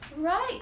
right